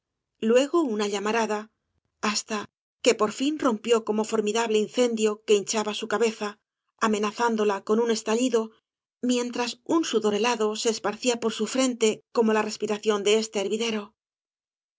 luego una llamarada hasta que por fin rompió como formidable incendio que hinchaba su cabeza amenazándola con un estallido mientras un sudor helado se esparcía por su frente como la respiración de este hervidero para